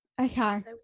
Okay